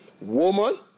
woman